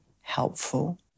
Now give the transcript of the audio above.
helpful